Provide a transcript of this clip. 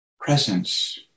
presence